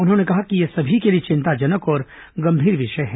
उन्होंने कहा कि यह सभी के लिए चिंताजनक और गंभीर विषय है